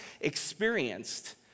experienced